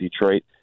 Detroit